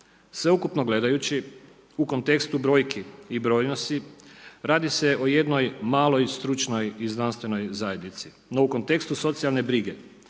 Sve ukupno gledajući u kontekstu brojki i brojnosti radi se o jednoj maloj stručnoj i znanstvenoj zajednici, no u kontekstu socijalne brige